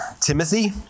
Timothy